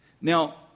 Now